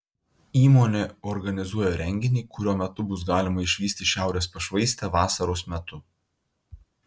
įmonė organizuoja renginį kurio metu bus galima išvysti šiaurės pašvaistę vasaros metu